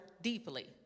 deeply